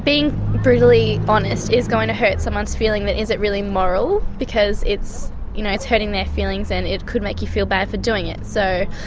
being brutally honest is going to hurt someone's feelings, then is it really moral? because it's you know it's hurting their feelings, and it could make you feel bad for doing it, so,